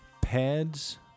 Pads